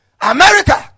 America